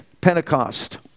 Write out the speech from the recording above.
Pentecost